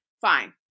fine